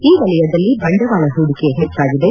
ಈ ವಲಯದಲ್ಲಿ ಬಂಡವಾಳ ಹೂಡಿಕೆ ಹೆಚ್ಚಾಗಿದೆ